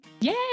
Yay